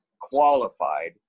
qualified